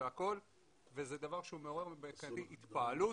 וזה דבר שמעורר אצלי התפעלות.